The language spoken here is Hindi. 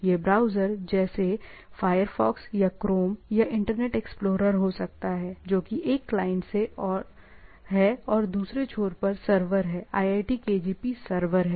यह ब्राउज़र जैसे फ़ायरफ़ॉक्स या क्रोम या इंटरनेट एक्सप्लोरर हो सकता है जो कि एक क्लाइंट है और दूसरे छोर पर सर्वर है iit kgp सर्वर है